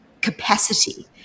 capacity